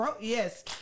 Yes